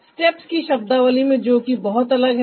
steps की शब्दावली में जो कि बहुत अलग है